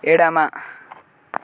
ఎడమ